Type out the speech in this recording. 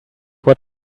what